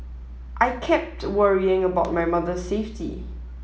I kept worrying about my mother's safety